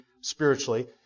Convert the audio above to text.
spiritually